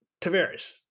Tavares